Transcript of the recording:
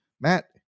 Matt